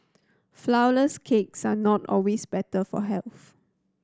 flourless cakes are not always better for health